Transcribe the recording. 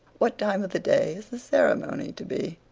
what time of the day is the ceremony to be?